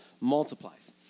multiplies